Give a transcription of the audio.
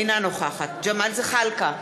אינה נוכחת ג'מאל זחאלקה,